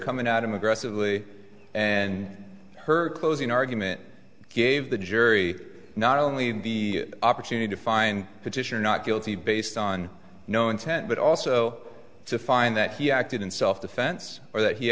coming out of aggressively and her closing argument gave the jury not only the opportunity to find petitioner not guilty based on no intent but also to find that he acted in self defense or that he